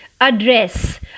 Address